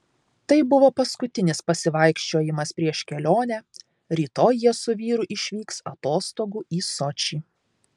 tai buvo paskutinis pasivaikščiojimas prieš kelionę rytoj jie su vyru išvyks atostogų į sočį